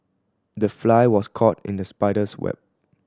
the fly was caught in the spider's web